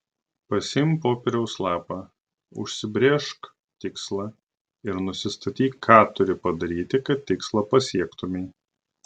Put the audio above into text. pasiimk popieriaus lapą užsibrėžk tikslą ir nusistatyk ką turi padaryti kad tikslą pasiektumei